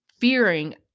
fearing